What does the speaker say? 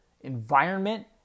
environment